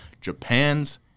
Japan's